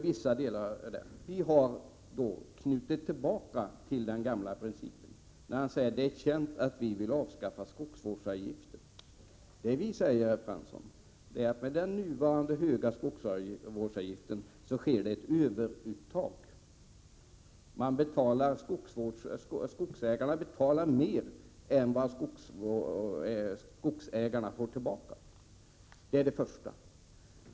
Vi har knutit an till den gamla principen. Jan Fransson säger att det är känt att vi vill avskaffa skogsvårdsavgiften. Det vi säger, herr Fransson, är att med den nuvarande höga skogsvårdsavgiften sker ett överuttag. Skogsägarna betalar mer än de får tillbaka. Det är det första.